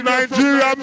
Nigeria